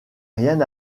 rien